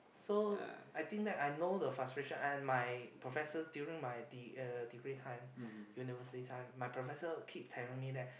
so I think that I know the frustration and my professor during my de~ uh degree time university time my professor keep telling me that